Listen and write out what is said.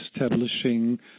establishing